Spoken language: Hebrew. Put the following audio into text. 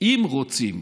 אם רוצים